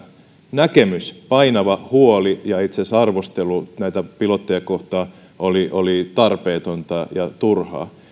näkemys painava huoli ja itse asiassa arvostelu näitä pilotteja kohtaan oli oli tarpeetonta ja turhaa